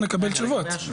ונקבל תשובות.